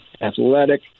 athletic